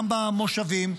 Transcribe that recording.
גם במושבים,